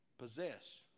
Possess